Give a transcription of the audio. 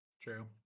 True